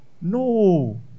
No